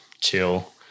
chill